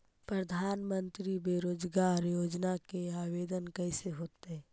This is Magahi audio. प्रधानमंत्री बेरोजगार योजना के आवेदन कैसे होतै?